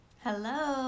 Hello